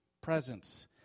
presence